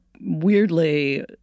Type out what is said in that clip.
weirdly